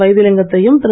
வைத்திலிங்கத்தை யும் திரு